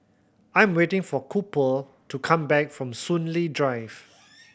I'm waiting for Cooper to come back from Soon Lee Drive